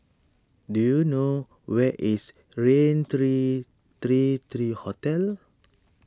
do you know where is Raintr thirty thirty thirty Hotel